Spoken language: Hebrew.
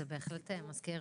זה בהחלט מזכיר